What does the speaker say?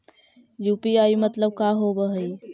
UPI मतलब का होब हइ?